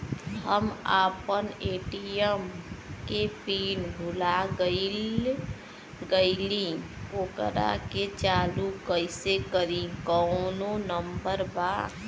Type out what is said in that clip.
हम अपना ए.टी.एम के पिन भूला गईली ओकरा के चालू कइसे करी कौनो नंबर बा?